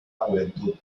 juventud